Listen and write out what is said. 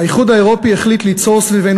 האיחוד האירופי החליט ליצור סביבנו